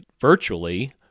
virtually